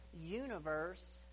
universe